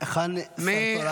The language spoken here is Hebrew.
-- היכן השר התורן?